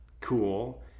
cool